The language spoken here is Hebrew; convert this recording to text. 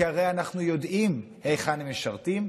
כי הרי אנחנו יודעים היכן הם משרתים,